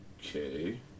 Okay